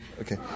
Okay